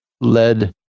led